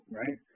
right